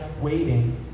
waiting